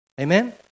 Amen